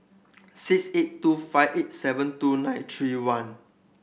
six eight two five eight seven two nine three one